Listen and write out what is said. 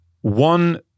one